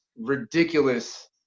ridiculous